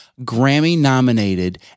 Grammy-nominated